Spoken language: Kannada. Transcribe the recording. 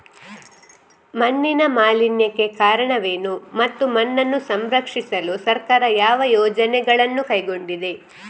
ಮಣ್ಣಿನ ಮಾಲಿನ್ಯಕ್ಕೆ ಕಾರಣವೇನು ಮತ್ತು ಮಣ್ಣನ್ನು ಸಂರಕ್ಷಿಸಲು ಸರ್ಕಾರ ಯಾವ ಯೋಜನೆಗಳನ್ನು ಕೈಗೊಂಡಿದೆ?